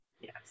Yes